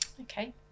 okay